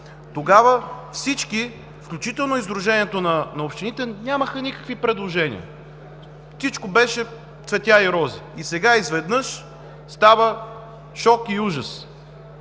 тогава всички включително и Сдружението на общините, нямаха никакви предложения. Всичко беше цветя и рози, а сега изведнъж става шок и ужас!